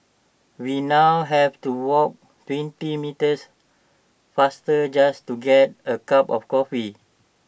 we now have to walk twenty meters faster just to get A cup of coffee